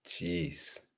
Jeez